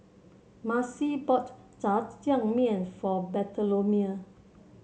Marcelle bought Jajangmyeon for Bartholomew